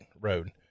road